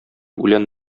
үлән